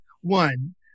one